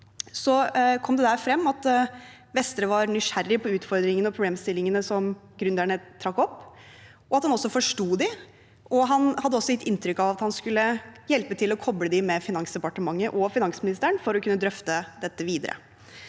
kom det der frem at Vestre var nysgjerrig på utfordringene og problemstillingene gründerne trakk opp, at han forsto dem, og at han hadde gitt inntrykk av at han skulle hjelpe til å koble dem med Finansdepartementet og finansministeren for å kunne drøfte dette videre.